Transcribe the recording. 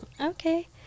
Okay